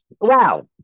Wow